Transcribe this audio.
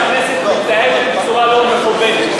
הוא טוען שהכנסת מתנהלת בצורה לא מכובדת.